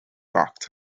backed